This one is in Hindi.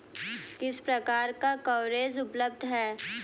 किस प्रकार का कवरेज उपलब्ध है?